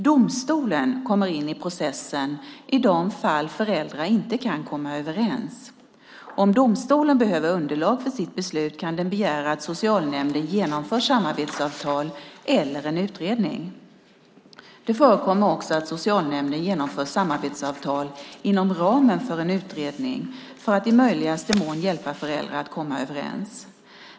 Domstolen kommer in i processen i de fall föräldrar inte kan komma överens. Om domstolen behöver underlag för sitt beslut kan den begära att socialnämnden genomför samarbetssamtal eller en utredning. Det förekommer också att socialnämnden genomför samarbetssamtal inom ramen för en utredning för att i möjligaste mån hjälpa föräldrar att komma överens.